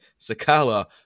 Sakala